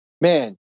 man